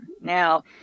Now